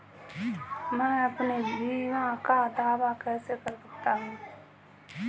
मैं अपने बीमा का दावा कैसे कर सकता हूँ?